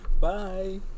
Bye